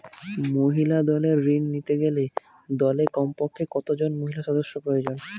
মহিলা দলের ঋণ নিতে গেলে দলে কমপক্ষে কত জন মহিলা সদস্য প্রয়োজন?